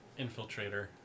Infiltrator